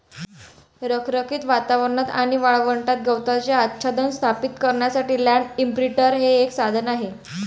रखरखीत वातावरणात आणि वाळवंटात गवताचे आच्छादन स्थापित करण्यासाठी लँड इंप्रिंटर हे एक साधन आहे